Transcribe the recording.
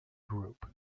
group